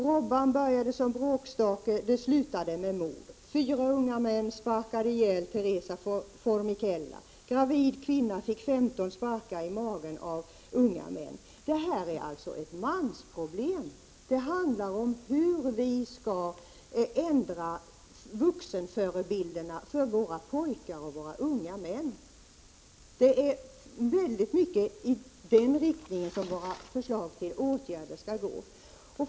”Robban började som bråkstake, det slutade med mord”, ”Fyra unga män sparkade ihjäl Theresa Formichella” och ”Gravid kvinna fick femton sparkar i magen av unga män”. Det här är således ett mansproblem”; Det handlar om hur vi skall kunna ändra vuxenförebilderna för våra pojkar och unga män. Våra förslag till åtgärder måste gå i den riktningen.